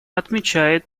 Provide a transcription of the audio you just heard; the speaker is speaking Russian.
отмечает